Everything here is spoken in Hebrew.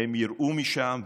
הם יראו משם,